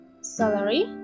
salary